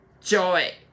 joy